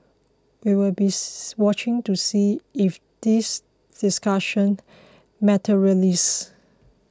we'll be watching to see if this discussion materialises